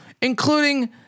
including